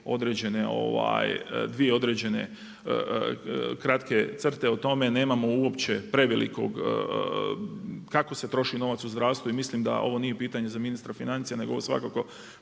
samo dvije određene kratke crte o tome. Nemao uopće prevelikog kako se troši novac u zdravstvu i mislim da ovo nije pitanje za ministra financija nego je ovo svakako